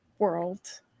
world